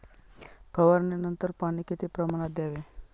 फवारणीनंतर पाणी किती प्रमाणात द्यावे?